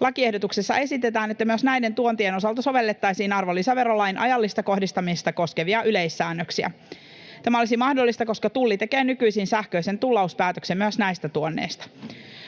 Lakiehdotuksessa esitetään, että myös näiden tuontien osalta sovellettaisiin arvonlisäverolain ajallista kohdistamista koskevia yleissäännöksiä. Tämä olisi mahdollista, koska Tulli tekee nykyisin sähköisen tullauspäätöksen myös näistä tuonneista.